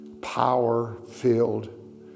power-filled